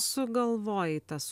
sugalvojai tas